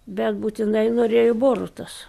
bet būtinai norėjo borutos